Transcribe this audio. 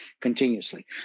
continuously